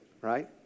Right